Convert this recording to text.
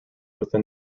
within